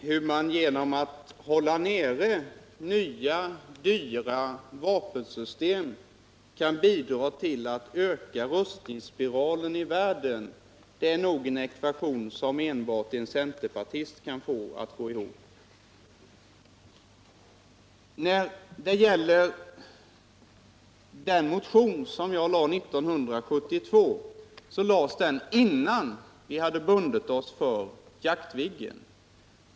Herr talman! Hur man genom att dra in på nya och dyra vapensystem kan bidra till att öka rustningsspiralen i världen är en ekvation som nog enbart en centerpartist kan få att gå ihop. Min motion år 1972 väcktes innan vi hade bundit oss för Jaktviggen.